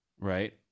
right